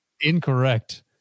Incorrect